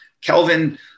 Kelvin